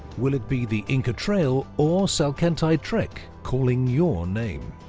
will it be the inca trail or salkantay trek calling your name?